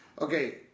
okay